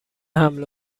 حمل